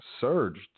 surged